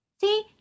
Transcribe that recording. See